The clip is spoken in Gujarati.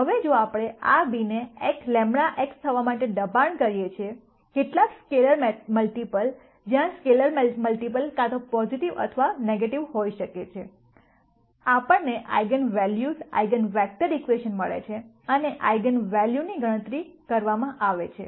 હવે જો આપણે આ બી ને λ x થવા માટે દબાણ કરીએ છીએ કેટલાક સ્કેલેર મલ્ટીપલ જ્યાં સ્કેલેર મલ્ટીપલ કાં તો પોઝિટિવ અથવા નેગેટિવ હોઈ શકે છે આપણને eigen values eigen vector equation મળે છે અને આઇગન વૅલ્યુઝ ની ગણતરી કરવામાં આવે છે